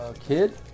Kid